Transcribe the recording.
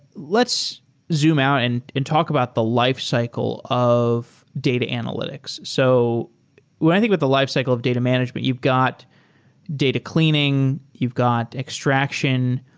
let's zoom out and and talk about the lifecycle of data analytics. so when i think with the lifecycle of data management, you've got data cleaning, cleaning, you've got extraction,